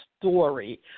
story